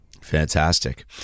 Fantastic